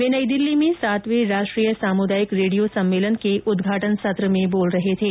वे नई दिल्ली में सातवें राष्ट्रीय सामुदायिक रेडियो सम्मेलन के उद्घाटन सत्र में बोल रहे थे